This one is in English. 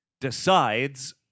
decides